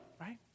Right